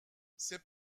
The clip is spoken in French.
c’est